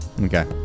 okay